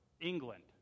England